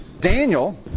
Daniel